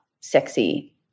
sexy